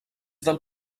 del